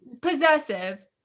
Possessive